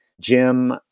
Jim